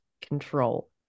control